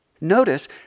Notice